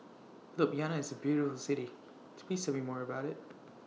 Ljubljana IS A very beautiful City Please Tell Me More about IT